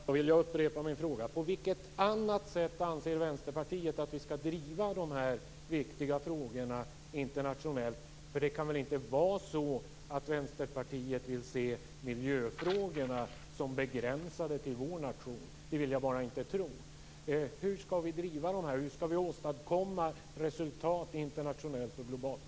Fru talman! Då vill jag upprepa min fråga: På vilket annat sätt anser Vänsterpartiet att vi skall driva de här viktiga frågorna internationellt? Det kan väl inte vara så att Vänsterpartiet vill se miljöfrågorna som begränsade till vår nation? Det vill jag bara inte tro. Hur skall vi driva dem? Hur skall vi åstadkomma resultat internationellt och globalt?